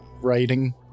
writing